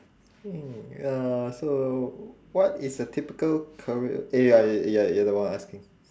mm uh so what is a typical career eh ya ya you're the one asking